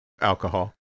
Alcohol